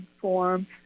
form